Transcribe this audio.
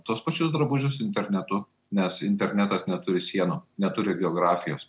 tuos pačius drabužius internetu nes internetas neturi sienų neturi geografijos